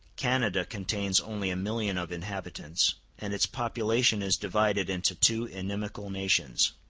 canada contains only a million of inhabitants, and its population is divided into two inimical nations.